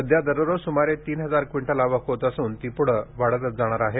सध्या दररोज सुमारे तीन हजार क्विंटल आवक होत असून ती पुढे वाढतच जाणार आहे